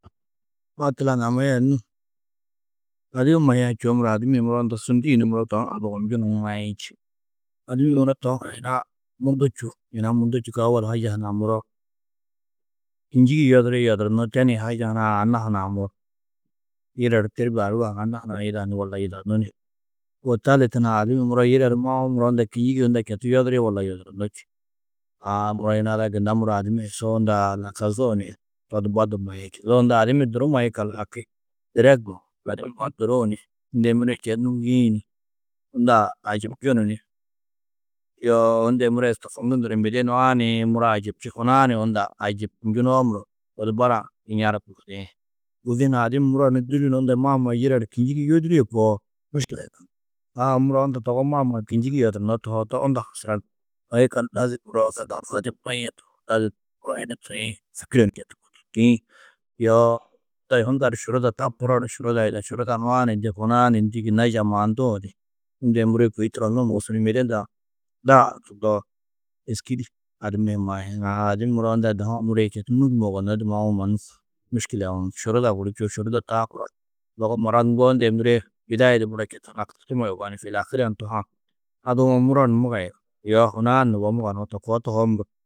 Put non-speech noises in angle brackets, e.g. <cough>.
Matlan <unintelligible> nû adibi maiadu njûwo, adimmi hi muro unda su ndû muro to hunã ha lugobnjunu ni maĩ či? Adimmi muro to hunã yina mundu čûo. Yina mundu čîkã owol haje hunã muro. Kînjigi yoduri, yodurunuú, teni haja anna hunã muro yire du têrbie <unintelligible> anna hunã yida ni walla yidanú ni. Wô talit hunã adimmi yire du mawo muro unda kînjigi unda četu yodiri walla yodurunú či. Aã muro yina ada gunna muro adimmi su unda nakazuũ ni to di baddu maĩ či. Zo unda adimmi durumma yikallu haki, direg du adimmi ma duruũ ni, unda yê muro četu nûŋguĩ ni unda ajibnjunu ni yoo unda yê muro yê tofokndundu ni mêde nuã nii muro ajibči, hunã ni unda ajibnjunoo muro to di badã kiñari kohidiĩ. Gudi hunã adimmi muro ni dûli ni unda maama yire du kînjigi yodirîe koo, miškile yidanú. Aã muro unda togo maamã kînjigi yodurunnó tohoo, to unda hasuran. Toi yikallu lazim muro adimmi maîe tohoo, muro hi ni duriĩ, fîkire ni četu bôdilndiĩ, yoo unda ni šuruda tam, muro ni šuruda yida. Šuruda nuã ni ndê hunã ni ndû, gunna jamaanduũ ni, unda yê muro yê kôi turonnu hu mosu ni mêde nduã daha hoktundoo, êski di adimmi hi maĩ. Aã adimmi muro unda yê muro yê četu nûŋgumo yugonodi mawo, mannu miškile uũ šuruda guru čûo. Šuruda taa zogo murat unda yê muro yê bidai di muro četu <unintelligible> yugó ni fîl ahirã muro tohã haduwo muro ni mugayunú, yo hunã ni nuro muganuú, to koo tohoo muro